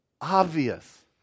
obvious